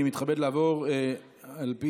אני מתכבד לעבור לדיון המשולב,